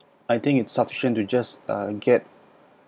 I think it's sufficient to just uh get